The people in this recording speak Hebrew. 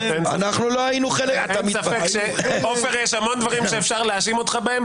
יש המון דברים שאפשר להאשים אתכם בהם.